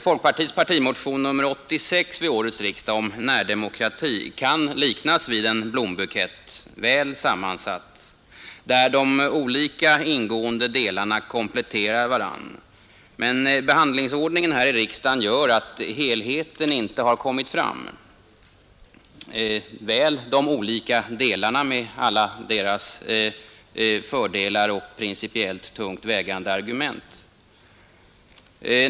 Folkpartiets partimotion nr 86 vid årets riksdag kan liknas vid en blombukett, väl sammansatt, där de olika ingående delarna kompletterar varandra. Behandlingsordningen i riksdagen gör emellertid att helheten inte har kommit fram — men väl de olika delarna med alla deras fördelar och principiellt tungt vägande argument.